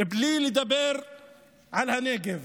בלי לדבר על הנגב.